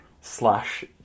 slash